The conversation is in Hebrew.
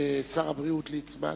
שר הבריאות ליצמן,